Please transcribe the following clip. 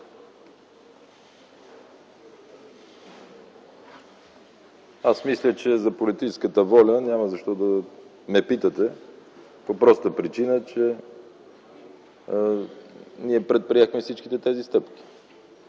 Мисля, че за политическата воля няма защо да ме питате по простата причина, че ние предприехме всичките тези стъпки.